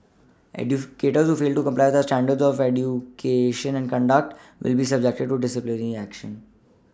educators who fail to comply with our standards of new cation and conduct discipline will be subjected to disciplinary action